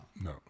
no